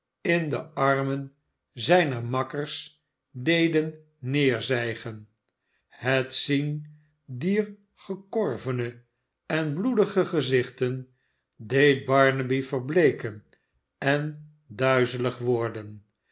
in de armenzijner makkers deden neerzijgen het zien dier gekorvene en bloedige gezichten deed barnaby verbleeken en duizelig worden